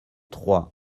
trois